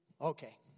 Okay